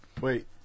Wait